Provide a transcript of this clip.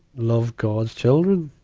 love god's children.